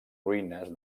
ruïnes